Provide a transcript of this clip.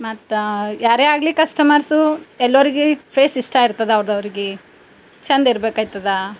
ಮತ್ತೆ ಯಾರೇ ಆಗಲಿ ಕಸ್ಟಮರ್ಸು ಎಲ್ಲರಿಗೂ ಫೇಸ್ ಇಷ್ಟ ಇರ್ತದೆ ಅವ್ರದು ಅವ್ರಿಗೆ ಚೆಂದ ಇರ್ಬೆಕಾಗ್ತದೆ